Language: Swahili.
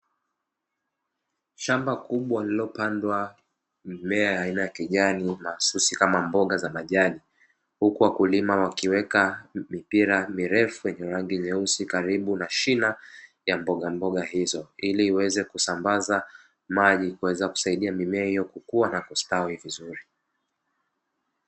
Shamba kubwa lililopandwa mimea ya kijani mahususi kama mboga za majani huku wakulima wakiweka mipira mirefu yenye rangi nyeusi karibu na shina ya mbogamboga hizo iliiweze kusambaza maji kuweza kusaidia mimea hiyo kukua na kustawi vizuri.